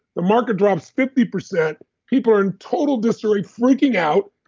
the market drops fifty percent. people are in total disarray, freaking out.